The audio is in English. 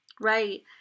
Right